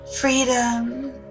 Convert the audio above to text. Freedom